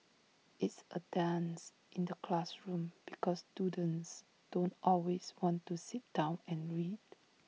it's A dance in the classroom because students don't always want to sit down and read